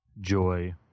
joy